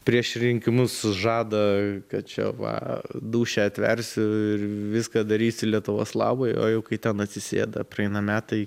prieš rinkimus žada kad čia va dūšią atversiu ir viską darysiu lietuvos labui o jau kai ten atsisėda praeina metai